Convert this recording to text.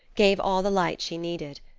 gave all the light she needed.